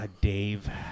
Dave